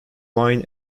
wine